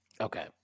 Okay